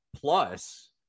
Plus